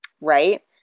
Right